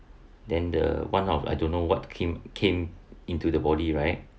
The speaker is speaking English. then the one of I don't know what came came into the body right